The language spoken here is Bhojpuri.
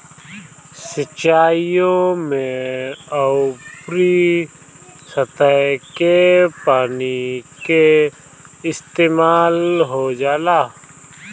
सिंचाईओ में ऊपरी सतह के पानी के इस्तेमाल हो जाला